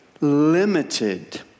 limited